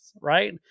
right